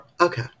Okay